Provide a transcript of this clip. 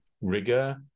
rigor